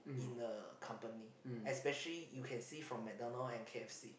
in a company especially you can see from McDonald and k_f_c